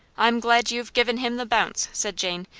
i'm glad you've given him the bounce, said jane,